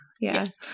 Yes